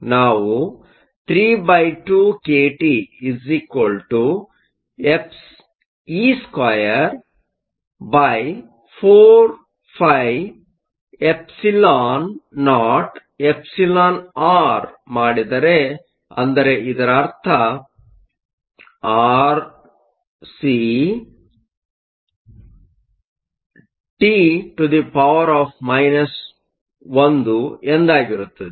ನಾವು 32kT e24φεoεr ಮಾಡಿದರೆ ಅಂದರೆ ಇದರ ಅರ್ಥ rcc αT 1 ಎಂದಾಗಿರುತ್ತದೆ